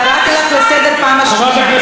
קראתי אותך לסדר בפעם השנייה.